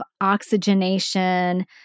oxygenation